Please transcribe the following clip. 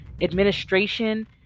administration